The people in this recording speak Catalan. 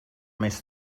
més